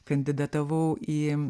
kandidatavau į